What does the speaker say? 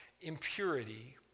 impurity